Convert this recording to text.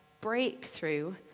breakthrough